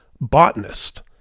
botanist